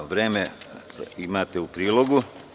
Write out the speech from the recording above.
Vreme imate u prilogu.